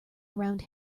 around